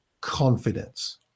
confidence